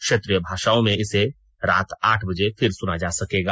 क्षेत्रीय भाषाओं में इसे रात आठ बजे फिर सुना जा सकेगा